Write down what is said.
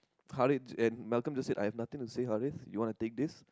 Harrith and Malcolm just said I have nothing to say Harrith you want to take this